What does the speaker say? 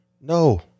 No